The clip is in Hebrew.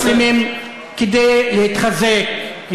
"אללהו אכבר" היא גם קריאה של מוסלמים כדי להתחזק,